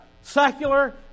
secular